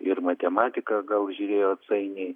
ir matematiką gal žiūrėjo atsainiai